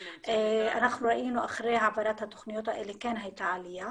אנחנו ראינו אחרי העברת התוכניות האלה שכן הייתה עלייה